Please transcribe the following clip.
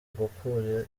gukura